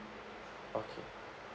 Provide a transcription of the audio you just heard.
okay